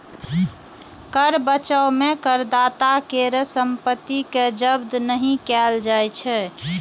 कर बचाव मे करदाता केर संपत्ति कें जब्त नहि कैल जाइ छै